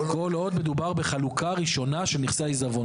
כל עוד מדובר בחלוקה ראשונה של מכסה העיזבון.